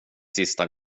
sista